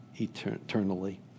eternally